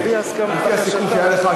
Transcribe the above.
לפי הסיכום שהיה לך,